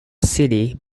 city